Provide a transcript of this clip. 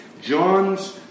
John's